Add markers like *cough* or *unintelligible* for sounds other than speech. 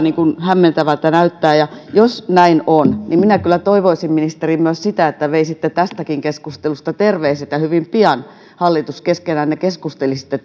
hämmentävältä näyttää ja jos näin on niin minä kyllä toivoisin myös sitä että ministeri veisitte tästäkin keskustelusta terveiset ja hallitus hyvin pian keskenänne keskustelisitte *unintelligible*